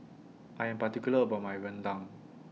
I Am particular about My Rendang